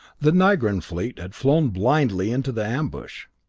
the nigran fleet had flown blindly into the ambush.